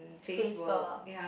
Facebook